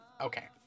Okay